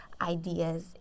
ideas